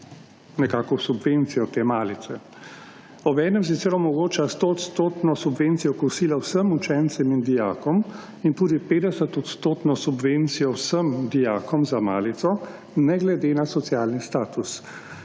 nekako subvencijo te malice. Obenem sicer omogoča 100 % subvencijo kosila vsem učencem in dijakom in tudi 50 % subvencijo vsem dijakom za malico ne glede na socialni status.